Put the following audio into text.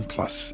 Plus